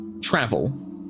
travel